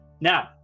Now